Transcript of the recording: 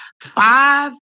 five